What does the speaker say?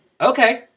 okay